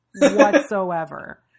whatsoever